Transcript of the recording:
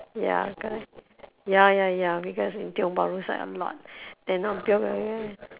ya cause ya ya ya because in tiong-bahru side a lot they not